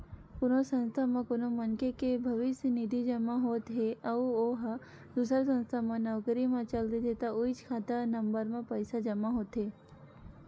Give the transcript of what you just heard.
कोनो संस्था म कोनो मनखे के भविस्य निधि जमा होत हे अउ ओ ह दूसर संस्था म नउकरी म चल देथे त उहींच खाता नंबर म पइसा जमा होथे